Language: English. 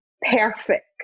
perfect